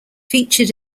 featured